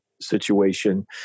situation